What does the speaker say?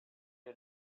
you